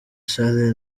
charly